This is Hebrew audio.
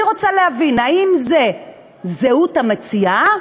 אני רוצה להבין, האם זו זהות המציעה,